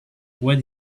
what